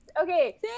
Okay